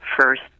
first